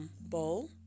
bowl